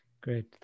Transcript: Great